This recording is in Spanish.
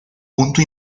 punto